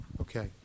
Okay